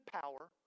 power